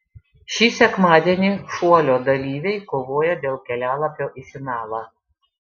šį sekmadienį šuolio dalyviai kovoja dėl kelialapio į finalą